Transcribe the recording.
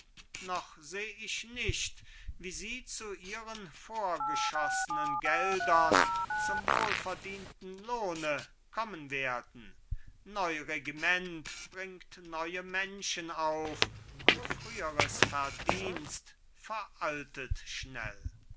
noch seh ich nicht wie sie zu ihren vorgeschoßnen geldern zum wohlverdienten lohne kommen werden neu regiment bringt neue menschen auf und früheres verdienst veraltet schnell